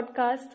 podcast